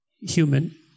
human